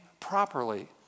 properly